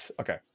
okay